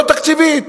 לא תקציבית.